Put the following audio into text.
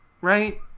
Right